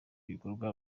ibikorwa